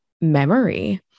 memory